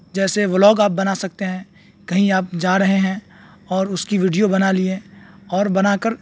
جیسے ولاگ آپ بنا سکتے ہیں کہیں آپ جا رہے ہیں اور اس کی ویڈیو بنا لئے اور بنا کر